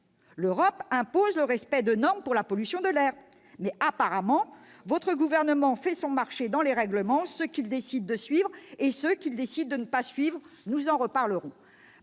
l'Europe impose le respect de normes en matière de pollution de l'air, mais, apparemment, votre gouvernement fait son marché dans les règlements : il y a ceux qu'il décide de suivre et ceux qu'il décide de ne pas suivre. Nous en reparlerons